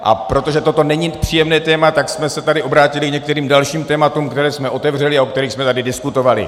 A protože toto není příjemné téma, tak jsme se tady obrátili k některým dalším tématům, která jsme otevřeli a o kterých jsme tady diskutovali.